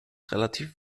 relativ